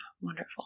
Wonderful